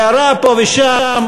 הערה פה ושם,